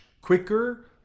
quicker